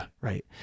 Right